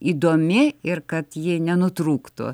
įdomi ir kad ji nenutrūktų